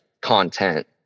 content